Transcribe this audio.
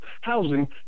housing